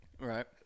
Right